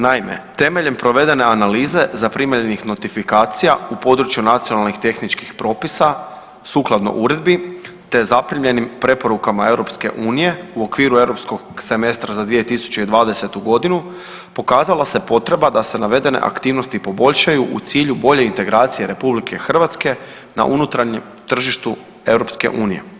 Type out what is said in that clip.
Naime, temeljem provedene analize zaprimljenih notifikacija u području nacionalnih tehničkih propisa sukladno uredbi te zaprimljenim preporukama EU u okviru europskog semestra za 2020. godinu pokazala se potreba da se navedene aktivnosti poboljšaju u cilju bolje integracije RH na unutarnjem tržištu EU.